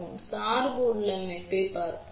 எனவே சார்பு உள்ளமைவைப் பார்ப்போம்